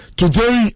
today